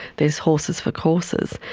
there's horses for courses.